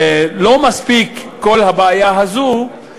לא מספיק כל הבעיה הזאת,